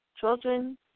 children